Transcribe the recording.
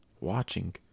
watching